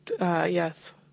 Yes